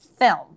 film